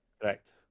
Correct